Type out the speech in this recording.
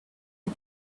had